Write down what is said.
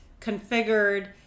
configured